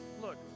look